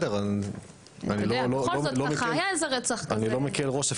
אני לא מקל ראש,